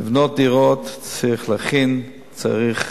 לבנות דירות, צריך להכין, צריך